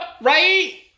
Right